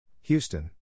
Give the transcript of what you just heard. Houston